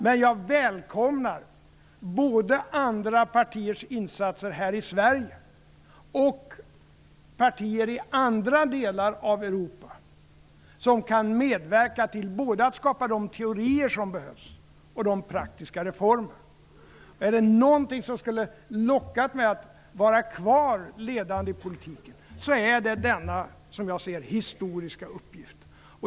Men jag välkomnar andra partiers insatser här i Sverige och partier i andra delar av Europa som kan medverka till att skapa både teorier som behövs och praktiska reformer. Om det är något som skulle ha lockat mig att vara kvar i ledande ställning i politiken, så är det denna, som jag ser det, historiska uppgift.